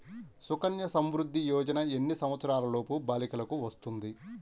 సుకన్య సంవృధ్ది యోజన ఎన్ని సంవత్సరంలోపు బాలికలకు వస్తుంది?